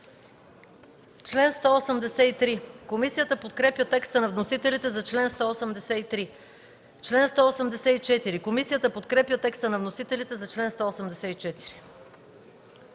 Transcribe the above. чл. 183. Комисията подкрепя текста на вносителите за чл. 184.